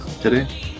today